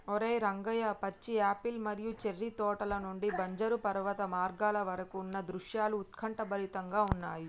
ఓరై రంగయ్య పచ్చి యాపిల్ మరియు చేర్రి తోటల నుండి బంజరు పర్వత మార్గాల వరకు ఉన్న దృశ్యాలు ఉత్కంఠభరితంగా ఉన్నయి